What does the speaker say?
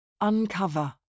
Uncover